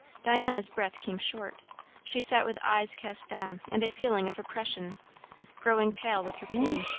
diana's breath came short she sat with eyes cast down and a feeling of oppression growing pale with her pain.